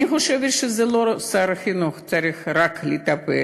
אני חושבת שלא רק שר החינוך צריך לטפל.